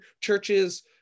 churches